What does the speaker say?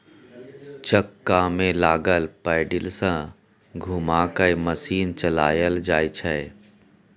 चक्का में लागल पैडिल सँ घुमा कय मशीन चलाएल जाइ छै